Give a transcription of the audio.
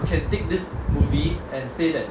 can take this movie and say that